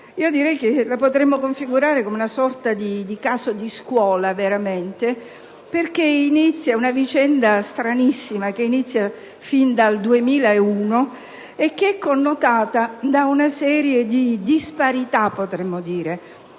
la potremmo configurare come una sorta di caso di scuola, perché è una vicenda stranissima che inizia addirittura nel 2001 e che è connotata da una serie di disparità: disparità di